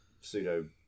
Pseudo